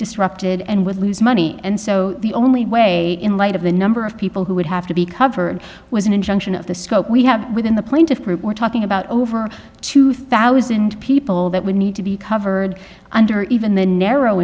disrupted and would lose money and so the only way in light of the number of people who would have to be covered was an injunction of the scope we have within the plaintiff's group we're talking about over two thousand people that would need to be covered under even the narrow